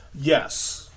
yes